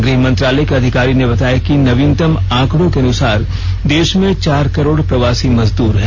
गृह मंत्रालय के अधिकारी ने बताया कि नवीनतम आंकड़ों के अनुसार देश में चार करोड़ प्रवासी मजदूर हैं